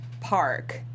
park